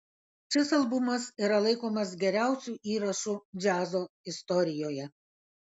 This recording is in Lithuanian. šis albumas yra laikomas geriausiu įrašu džiazo istorijoje